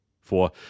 four